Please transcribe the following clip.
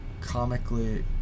comically